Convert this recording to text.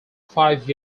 five